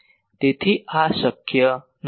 તેથી આ શક્ય નથી